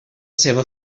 seua